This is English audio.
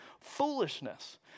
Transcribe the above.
foolishness